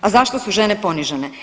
A zašto su žene ponižene?